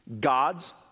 God's